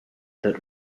that